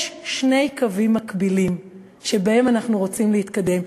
יש שני קווים מקבילים שבהם אנחנו רוצים להתקדם: